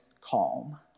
calm